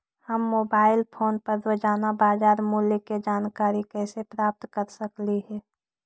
हम mobile phone पर रोजाना बाजार मूल्य के जानकारी कैसे प्राप्त कर सकली हे?